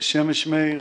שמש מאיר,